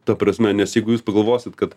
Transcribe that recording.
ta prasme nes jeigu jūs pagalvosit kad